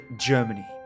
Germany